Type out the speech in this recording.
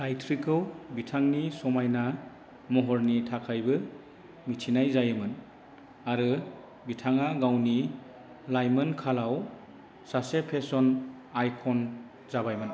गाय'त्रीखौ बिथांनि समायना महरनि थाखायबो मिथिनाय जायोमोन आरो बिथाङा गावनि लाइमोन खालाव सासे फेश'न आइकन जाबायमोन